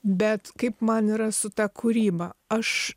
bet kaip man yra su ta kūryba aš